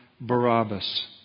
Barabbas